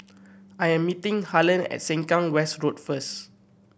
I am meeting Harland at Sengkang West Road first